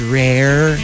rare